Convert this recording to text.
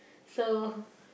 so